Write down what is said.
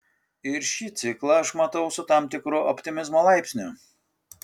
ir šį ciklą aš matau su tam tikru optimizmo laipsniu